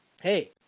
hey